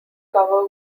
cover